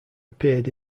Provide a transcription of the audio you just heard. appeared